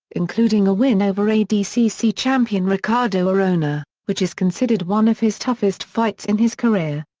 including a win over adcc champion ricardo arona, which is considered one of his toughest fights in his career.